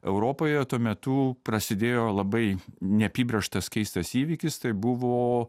europoje tuo metu prasidėjo labai neapibrėžtas keistas įvykis tai buvo